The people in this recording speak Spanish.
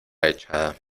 echada